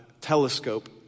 telescope